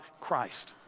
Christ